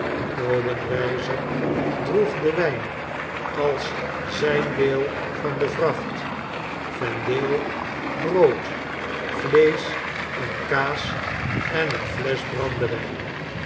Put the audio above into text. obenreizer droeg den wijn als zijn deel van devracht vendale brood vleesch en kaas en eene flesch brandewijn